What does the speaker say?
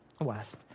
west